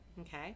Okay